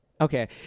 Okay